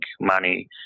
money